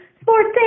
sports